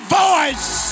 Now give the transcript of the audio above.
voice